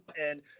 And-